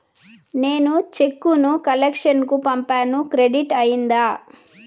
నేను చెక్కు ను కలెక్షన్ కు పంపాను క్రెడిట్ అయ్యిందా